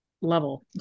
level